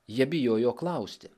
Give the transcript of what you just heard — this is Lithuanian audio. jie bijojo klausti